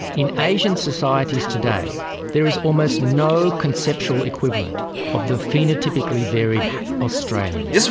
in asian societies today there is almost no conceptual equivalent of the phenotypically varied australian.